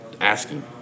asking